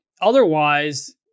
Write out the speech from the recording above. otherwise